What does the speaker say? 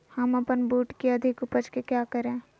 हम अपन बूट की अधिक उपज के क्या करे?